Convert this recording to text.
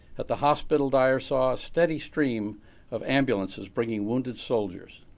at the hospital, dyer saw a steady stream of ambulances bring wounded soldiers.